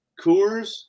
Coors